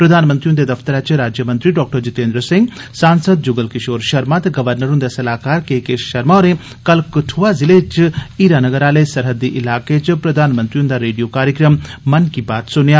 प्रधानमंत्री हुंदे दफ्तरै च राज्यमंत्री डाक्टर जतिंदर सिंह सांसद जुगल किषोर षर्मा ते गवर्नर हुंदे सलाह्कार के के षर्मा होरें कल कठुआ जिले च हीरानगर आह्ले सरहदी इलाके च प्रधानमंत्री हुंदा रेडियो कार्यक्रम 'मन की बात' सुनेआ